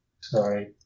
sorry